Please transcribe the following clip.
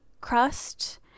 crust